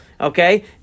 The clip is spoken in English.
okay